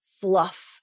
fluff